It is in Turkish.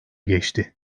geçti